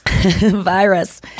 Virus